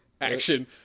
Action